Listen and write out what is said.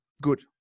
good